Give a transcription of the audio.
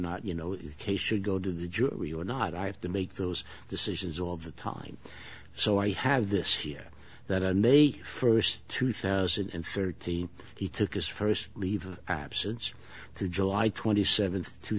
not you know the case should go to the jury or not i have to make those decisions all the time so i have this here that and they first two thousand and thirteen he took his first leave of absence to july twenty seventh two